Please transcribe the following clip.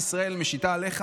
תהיה המשיבה לכל החוקים שלנו.